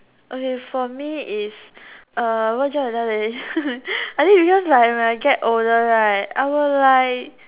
okay for me is what's that I done already I think it's just like when I get older right I will like